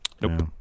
Nope